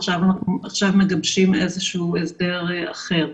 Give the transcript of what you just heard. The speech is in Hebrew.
עכשיו, מגבשים איזה שהוא הסדר אחר.